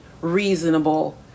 reasonable